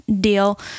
deal